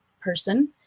person